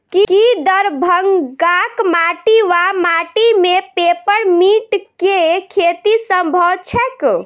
की दरभंगाक माटि वा माटि मे पेपर मिंट केँ खेती सम्भव छैक?